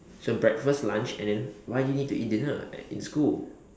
so breakfast lunch and then why do you need to eat dinner at in school